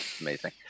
Amazing